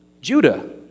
Judah